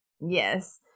Yes